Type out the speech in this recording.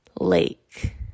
Lake